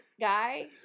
guy